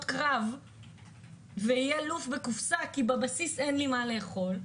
קרב ויהיה לוף בקופסה כי בבסיסי אין מה לאכול,